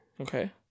okay